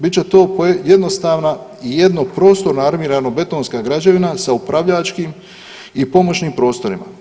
Bit će to jednostavna i jednoprostorna armirano betonska građevina sa upravljačkim i pomoćnim prostorima.